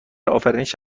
آفرینش